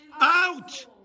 Out